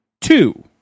two